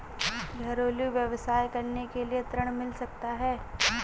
घरेलू व्यवसाय करने के लिए ऋण मिल सकता है?